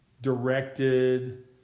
directed